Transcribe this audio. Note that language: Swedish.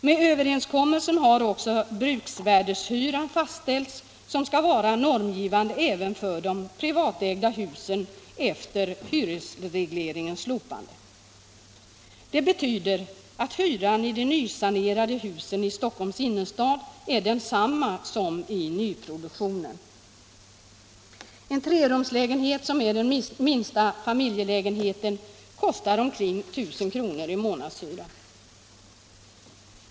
Genom överenskommelsen har också bruksvärdeshyran fastställts, som skall vara normgivande även för de privatägda husen efter hyresregleringens slopande. Det innebär att hyran i de nysanerade husen i Stockholms innerstad är densamma som i nyproduktionen. Månadshyran för en trerumslägenhet, som är den minsta familjelägenheten, uppgår till omkring 1 000 kr.